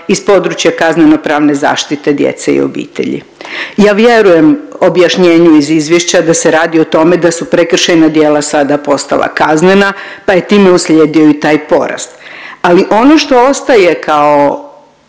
iz područja kaznenopravne zaštite djece i obitelji. Ja vjerujem objašnjenju iz izvješća da se radi o tome da su prekršajna djela sada postala kaznena pa je time uslijedio i taj porast, ali ono što ostaje kao